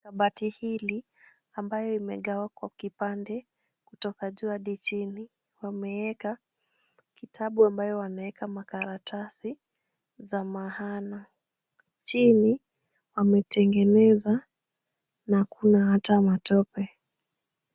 Kabiti hili ambayo imegawa kwa kipande kutoka juu hadi chini. Wameeka kitabu ambayo wameeka makaratasi za maana. Chini wametengeneza na hakuna hata matope.